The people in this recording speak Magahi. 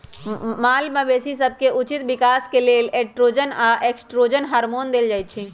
माल मवेशी सभके उचित विकास के लेल एंड्रोजन आऽ एस्ट्रोजन हार्मोन देल जाइ छइ